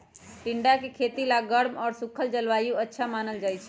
टिंडा के खेती ला गर्म और सूखल जलवायु अच्छा मानल जाहई